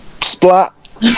Splat